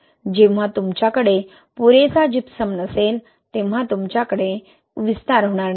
जेव्हा तुमच्याकडे पुरेसा जिप्सम नसेल तेव्हा तुमच्याकडे विस्तार होणार नाही